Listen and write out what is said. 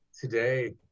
today